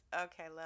Okay